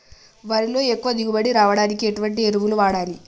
వరిలో ఎక్కువ దిగుబడి రావడానికి ఎటువంటి ఎరువులు వాడాలి?